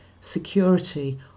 security